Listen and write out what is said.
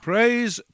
Praise